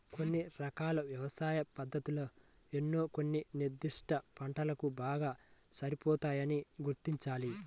కొన్ని రకాల వ్యవసాయ పద్ధతులు ఏవో కొన్ని నిర్దిష్ట పంటలకు బాగా సరిపోతాయని గుర్తించాలి